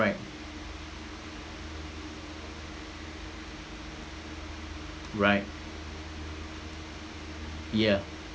right right yeah